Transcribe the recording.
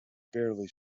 barely